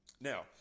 Now